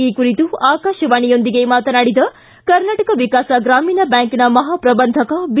ಈ ಕುರಿತು ಆಕಾಶವಾಣಿಯೊಂದಿಗೆ ಮಾತನಾಡಿದ ಕರ್ನಾಟಕ ವಿಕಾಸ ಗ್ರಾಮೀಣ ಬ್ಯಾಂಕ್ನ ಮಹಾಪ್ರಬಂಧಕ ಬಿ